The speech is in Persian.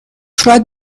شاید